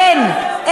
אין.